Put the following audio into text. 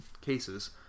cases